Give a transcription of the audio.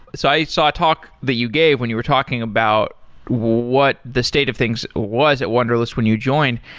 so i saw a talk that you gave when you were talking about what the state of things was at wunderlist when you joined.